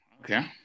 Okay